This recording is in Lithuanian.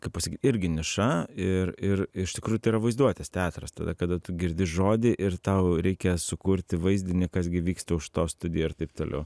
kaip irgi niša ir ir iš tikrųjų tai yra vaizduotės teatras tada kada tu girdi žodį ir tau reikia sukurti vaizdinį kas gi vyksta už to studijoj ir taip toliau